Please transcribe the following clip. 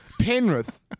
Penrith